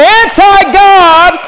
anti-God